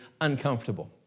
uncomfortable